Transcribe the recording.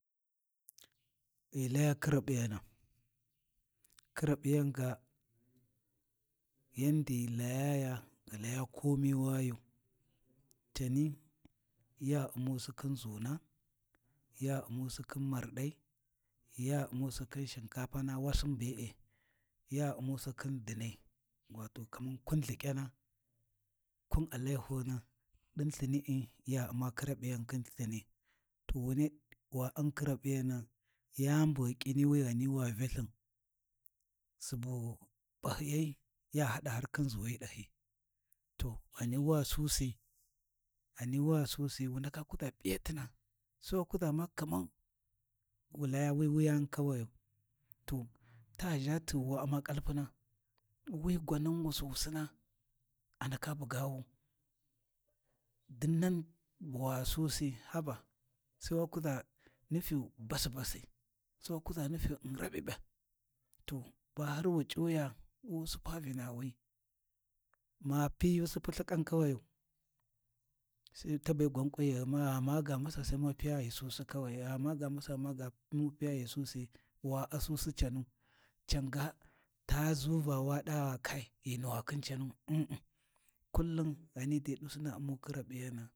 Ghi laya khiraɓ’iyena, khirap’iyan ga yandi ghi Layaya, ghi laya komi wayu, cani ya U’musi khin ʒuna, ya U’musi khin marɗai, ya U’musi khin shinkapana wasin be’e, ya U’musi khin dinnai, wato kaman kun lhiƙyana, kun allanyapona, ɗin lthini’i ya U’ma khirap’i yan khin lthini To wunai wa u’n khirap’iyana yani bu ghi ƙiniwi wa Vya lthin, subu p’ahiyai ya hada har khin ʒuwi ɗahi, to ghani wa susi, ghani wa susi wu ndaka kuʒa P’iyatina, Sai wa kuʒa ma kaman wu laya wi wuyani kawayu, To, ta ʒha tighuwa U’ma kalpuna, wi gwanan Wusuusina, a ndaka bugawu, dinnan buwa susi haba sai wa kuʒa nufyu basbasi, sai wa kuʒa nufyu un raɓiɓiya, to ba har wu c’uwiya, wu supa Vinawi, ma Pinyusi lthikan kawayu Sai tabe gwan ƙunyi ghuma gha maga masau Sai ma piya ghi susi kawai, gha maga masau Sai maga piya ghi susi, wa U’susi canu, can ga ta ʒu vawa ɗa ghi nuwa khin canu kullum ghani dai ɗu suna U’ma khiraP’iyana.